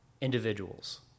individuals